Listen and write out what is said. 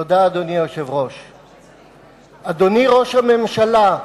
אדוני היושב-ראש, תודה, אדוני ראש הממשלה,